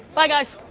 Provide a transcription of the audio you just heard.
bye guys.